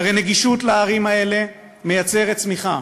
הרי נגישות לערים האלה מייצרת צמיחה,